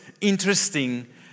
interesting